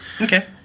Okay